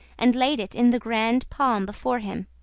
and laid it in the grand palm before him.